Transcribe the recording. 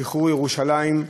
ששחרור ירושלים,